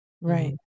Right